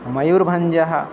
मयूर्भञ्जः